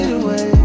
away